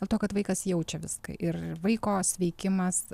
dėl to kad vaikas jaučia viską ir vaiko sveikimas